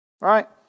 right